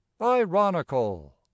ironical